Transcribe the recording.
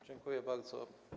Dziękuję bardzo.